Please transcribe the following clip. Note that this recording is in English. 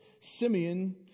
Simeon